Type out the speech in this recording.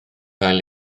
cael